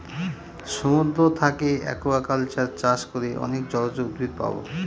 সমুদ্র থাকে একুয়াকালচার চাষ করে অনেক জলজ উদ্ভিদ পাবো